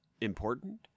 important